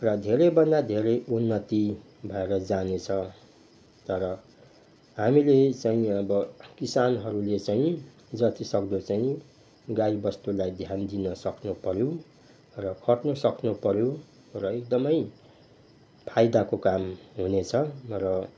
र धेरैभन्दा धेरै उन्नति भएर जानेछ तर हामीले चाहिँ अब किसानहरूले चाहिँ जतिसक्दो चाहिँ गाईबस्तुलाई ध्यान दिन सक्नुपऱ्यो र खट्न सक्नुपऱ्यो र एकदमै फाइदाको काम हुनेछ र